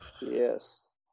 Yes